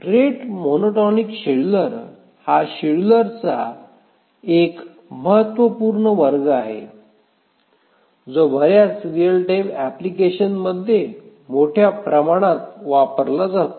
rate monotonic scheduler हा शेड्यूलरचा एक महत्त्वपूर्ण वर्ग आहे जो बर्याच रीअल टाइम अँप्लिकेशन मध्ये मोठ्या प्रमाणात वापरला जातो